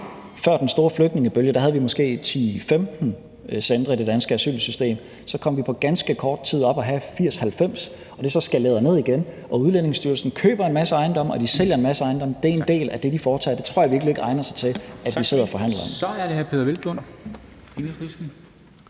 Før den store flygtningebølge havde vi måske 10-15 centre i det danske asylsystem. Så kom vi på ganske kort tid op på at have 80-90. Det er så skaleret ned igen. Udlændingestyrelsen køber en masse ejendomme, og de sælger en masse ejendomme. Det er en del af det, de foretager sig. Det tror jeg virkelig ikke egner sig til at vi sidder og forhandler om. Kl. 14:06 Formanden